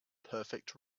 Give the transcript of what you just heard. perfect